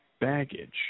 baggage